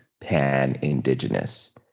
pan-indigenous